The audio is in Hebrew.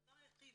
הדבר היחיד